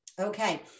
Okay